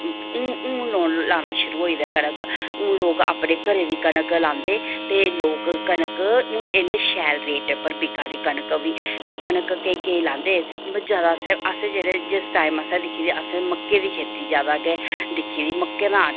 हून हून लाना शुरू होई दे कनक हून लोग अपने घरें दी कनक लांदे हून कनक लोक कनक हून शैल रेट उप्पर बिका दी कनक बी ते कनक केईं केईं लांदे जादा अस जिस टाईम असें दिक्खी दी असें मक्कें दी खेती जादा गै दिक्खी दी मक्कें दा आटा